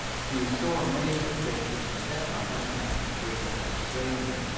she was so amazed at this that she stepped back and attempted to address the stranger.